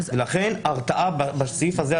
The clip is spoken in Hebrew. לכן חשובה ההרתעה בסעיף הזה,